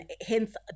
hence